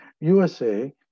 USA